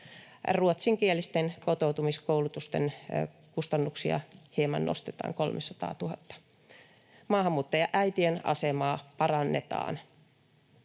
Ruotsinkielisten kotoutumiskoulutusten kustannuksia hieman nostetaan, 300 000. Maahanmuuttajaäitien asemaa parannetaan.